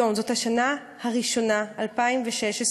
היום, זאת השנה הראשונה, 2016